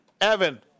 Evan